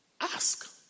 Ask